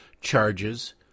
charges